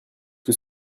que